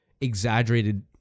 exaggerated